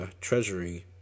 treasury